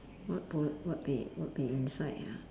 what would what be what be inside ah